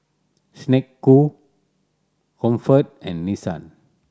Snek Ku Comfort and Nissan